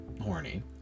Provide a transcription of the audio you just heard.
horny